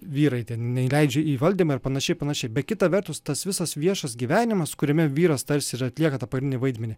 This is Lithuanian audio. vyrai ten neįleidžia į valdymą ar panašiai panašiai bet kita vertus tas visas viešas gyvenimas kuriame vyras tarsi ir atlieka tą pagrindinį vaidmenį